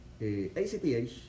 ACTH